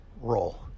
role